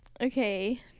Okay